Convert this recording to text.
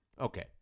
okay